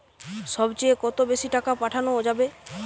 সব চেয়ে কত বেশি টাকা পাঠানো যাবে?